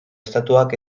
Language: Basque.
estatuak